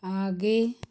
आगे